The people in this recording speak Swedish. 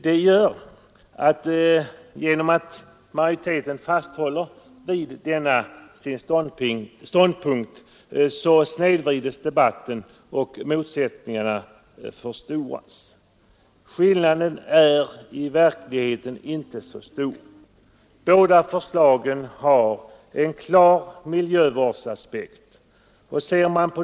Genom utskottsmajoritetens argumentering snedvrids debatten och motsättningarna förstoras. Skillnaden är i verkligheten inte så stor. Båda förslagen har en klar miljövårdsaspekt.